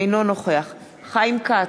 אינו נוכח חיים כץ,